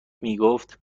میگفت